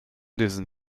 diesen